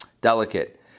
delicate